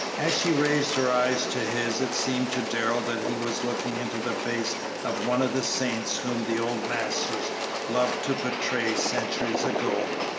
as she raised her eyes to his it seemed to darrell that he was looking into the face of one of the saints whom the old masters loved to portray centuries ago,